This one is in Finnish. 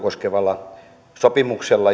koskevalla sopimuksella